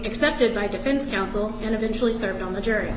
accepted by defense counsel and eventually served on the jury